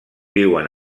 viuen